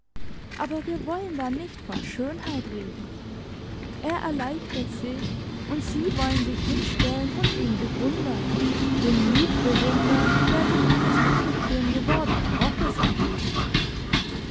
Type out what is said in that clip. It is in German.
aber wir wollen da nicht von schönheit reden er erleichtert sich und sie wollen sich hinstellen und ihn bewundern den mut bewundern der sich eines unbequem gewordenen rockes entledigt